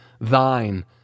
thine